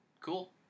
Cool